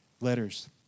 letters